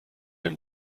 dem